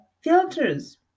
filters